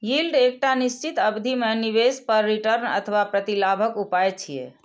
yield एकटा निश्चित अवधि मे निवेश पर रिटर्न अथवा प्रतिलाभक उपाय छियै